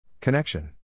Connection